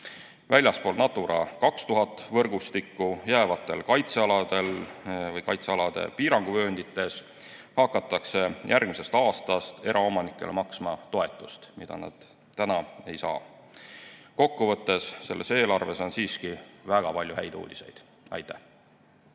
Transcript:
Väljaspool Natura 2000 võrgustikku jäävatel kaitsealadel või kaitsealade piiranguvööndites hakatakse järgmisest aastast eraomanikele maksma toetust, mida nad praegu ei saa. Kokkuvõttes on selles eelarves siiski väga palju häid uudiseid. Aitäh!